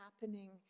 happening